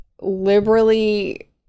liberally